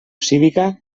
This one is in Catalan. cívica